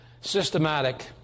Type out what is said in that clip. Systematic